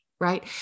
right